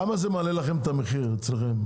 בכמה זה מעלה לכם את המחיר בייצור?